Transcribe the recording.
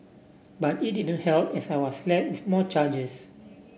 but it didn't help as I was slapped with more charges